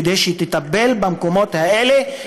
כדי שהיא תטפל במקומות האלה,